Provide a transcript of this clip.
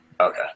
Okay